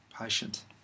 patient